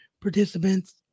participants